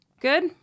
Good